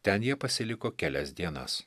ten jie pasiliko kelias dienas